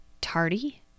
tardy